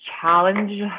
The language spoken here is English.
challenge